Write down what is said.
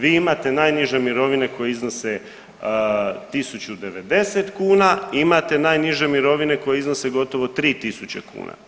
Vi imate najniže mirovine koje iznose 1090 kuna i imate najniže mirovine koje iznose gotovo 3000 kuna.